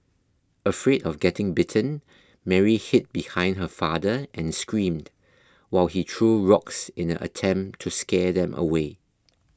afraid of getting bitten Mary hid behind her father and screamed while he threw rocks in a attempt to scare them away